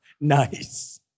Nice